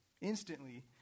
Instantly